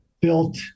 built